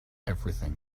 everything